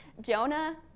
Jonah